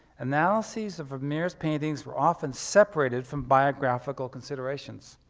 analyses of vermeer's paintings were often separated from biographical considerations.